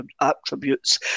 attributes